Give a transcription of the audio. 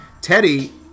Teddy